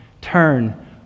turn